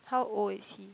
how old is he